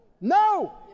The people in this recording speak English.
no